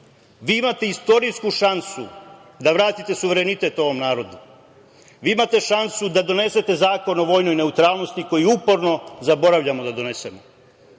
Vi imate istorijsku šansu da vratite suverenitet ovom narodu. Vi imate šansu da donesete Zakon o vojnoj neutralnosti koji uporno zaboravljamo da donesemo.